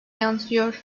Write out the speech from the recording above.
yansıyor